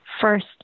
First